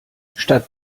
statt